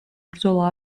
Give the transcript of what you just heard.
ბრძოლა